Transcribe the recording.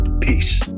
Peace